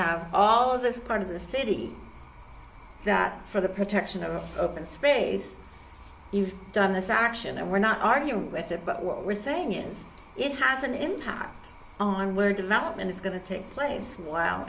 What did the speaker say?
have all this part of the city that for the protection of open space you've done this action and we're not arguing with that but what we're saying is it has an impact on where development is going to take place while